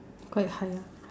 quite high ah